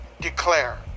declare